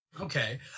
Okay